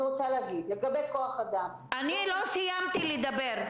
אני רוצה להגיד לגבי כוח אדם --- לא סיימתי לדבר,